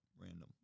Random